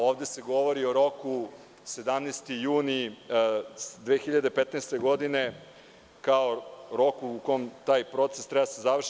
Ovde se govori o roku 17. juni 2015. godine, kao roku u kome taj proces treba da se završi.